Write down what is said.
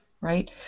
right